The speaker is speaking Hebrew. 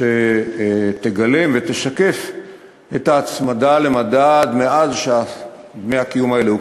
שתגלם ותשקף את ההצמדה למדד מאז הוקפאו דמי הקיום האלה,